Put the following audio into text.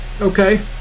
Okay